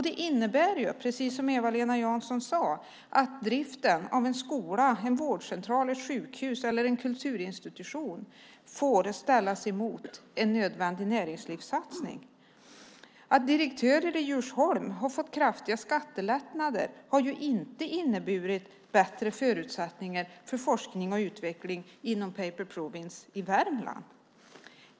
Det innebär ju, precis som Eva-Lena Jansson sade att driften av en skola, en vårdcentral, ett sjukhus eller en kulturinstitution får ställas mot en nödvändig näringslivssatsning. Att direktörer i Djursholm har fått kraftiga skattelättnader har ju inte inneburit bättre förutsättningar för forskning och utveckling inom Paper Province i Värmland.